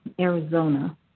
Arizona